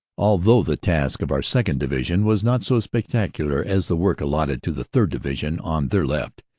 although the task of our second. division was not so spectac ular as the work allotted to the third. division on their left,